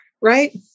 Right